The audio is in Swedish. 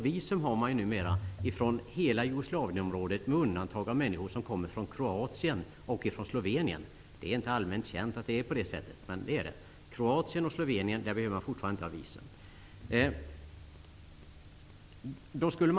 Visum krävs ju numera från hela Jugoslavienområdet med undantag för människor som kommer från Kroatien och Slovenien. Det är inte allmänt känt att det är på det sättet, men så är det. Från Kroatien och Slovenien kan man fortfarande komma utan att det krävs visum.